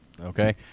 Okay